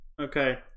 okay